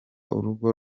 urugo